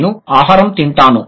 నేను ఆహారం తింటాను